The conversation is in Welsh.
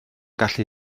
gallu